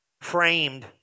framed